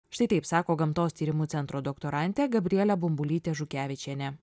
štai taip sako gamtos tyrimų centro doktorantė gabrielė bumbulytė žukevičienė